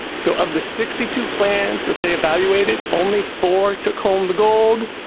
so of the sixty two plans that they evaluated, only four took home the gold